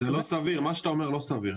מה שאתה אומר זה לא סביר.